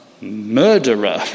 murderer